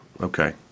Okay